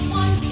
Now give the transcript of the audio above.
one